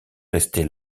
restés